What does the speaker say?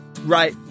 right